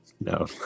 no